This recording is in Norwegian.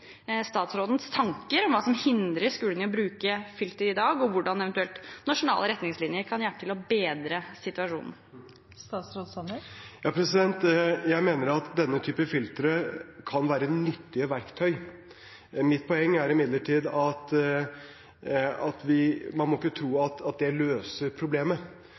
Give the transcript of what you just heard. i dag, og hvordan eventuelt nasjonale retningslinjer kan hjelpe for å bedre situasjonen? Jeg mener at denne type filtre kan være nyttige verktøy. Mitt poeng er imidlertid at man må ikke tro at det løser problemet,